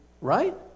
Right